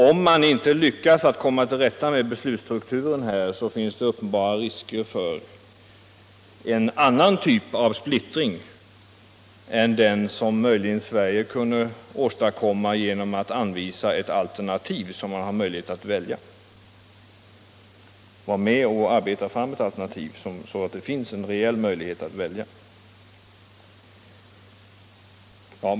Om man inte lyckas komma till rätta med beslutsstrukturen, finns det nämligen uppenbara risker för en annan typ av splittring än den som Sverige möjligen kunde åstadkomma genom att vara med om att arbeta fram ett alternativ, så att det finns en reell möjlighet att välja.